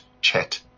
chat